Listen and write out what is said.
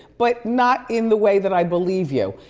but not in the way that i believe you.